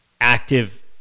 active